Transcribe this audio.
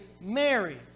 Mary